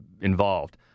involved